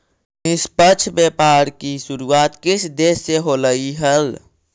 निष्पक्ष व्यापार की शुरुआत किस देश से होलई हल